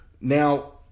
Now